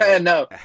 no